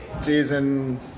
season